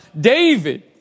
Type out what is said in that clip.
David